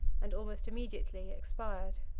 and almost immediately expired.